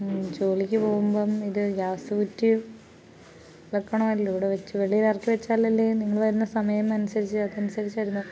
ജോലിക്ക് പോവുമ്പം ഇത് ഗ്യാസ് കുറ്റിയും വയ്ക്കണമല്ലോ ഇവിടെ വച്ചോ വെളിയിൽ ഇറക്കി വച്ചാൽ അല്ലേ നിങ്ങൾ വരുന്ന സമയം അനുസരിച്ച് അത് അനുസരിച്ച് അതിന്